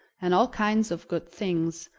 and all kinds of good things,